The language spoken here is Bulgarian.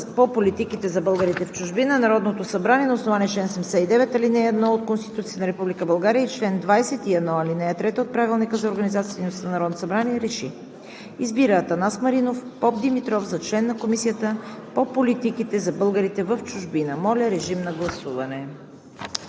по политиките за българите в чужбина Народното събрание на основание чл. 79, ал. 1 от Конституцията на Република България и чл. 21 , ал. 3 от Правилника за организацията и дейността на Народното събрание РЕШИ: Избира Анастас Маринов Попдимитров за член на Комисията по политиките за българите в чужбина.“ Моля, режим на гласуване.